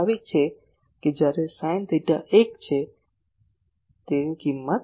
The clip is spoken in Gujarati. સ્વાભાવિક છે કે જ્યારે સાઈન થેટા 1 છે તેથી 1